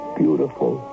beautiful